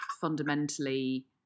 fundamentally